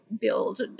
build